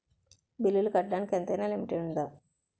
బిల్లులు కట్టడానికి ఎంతైనా లిమిట్ఉందా?